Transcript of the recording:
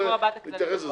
מה ההחלטה?